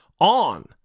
on